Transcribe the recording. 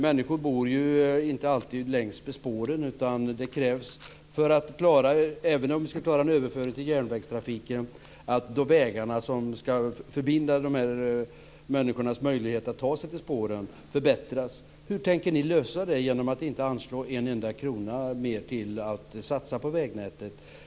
Människor bor inte alltid längs med spåren, och det krävs, även om vi ska klara en överföring till järnvägstrafik, att de vägar som ska möjliggöra för människorna att ta sig till spåren förbättras. Hur tänker ni lösa det genom att inte anslå en enda krona mer till satsningar på vägnätet?